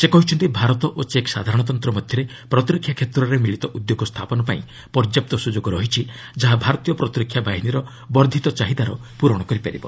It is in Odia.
ସେ କହିଛନ୍ତି ଭାରତ ଓ ଚେକ୍ ସାଧାରଣତନ୍ତ୍ର ମଧ୍ୟରେ ପ୍ରତିରକ୍ଷା କ୍ଷେତ୍ରରେ ମିଳିତ ଉଦ୍ୟୋଗ ସ୍ଥାପନ ପାଇଁ ପର୍ଯ୍ୟାପ୍ତ ସୁଯୋଗ ରହିଛି ଯାହା ଭାରତୀୟ ପ୍ରତିରକ୍ଷା ବାହିନୀର ବର୍ଦ୍ଧିତ ଚାହିଦାର ପୂରଣ କରିପାରିବ